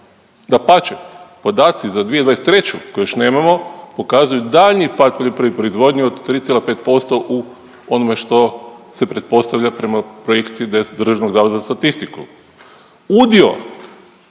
Dapače, podaci za 2023. koje još nemamo pokazuju daljnji pad poljoprivredne proizvodnje od 3,5% u onome što se pretpostavlja prema projekciji Državnog zavoda za statistiku. Udio